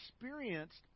experienced